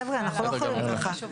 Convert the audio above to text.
חבר'ה, אנחנו לא יכולים ככה.